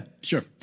sure